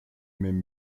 même